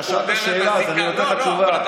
אתה שאלת שאלה אז אני נותן לך תשובה.